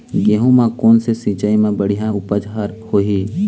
गेहूं म कोन से सिचाई म बड़िया उपज हर होही?